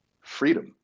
freedom